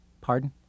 Pardon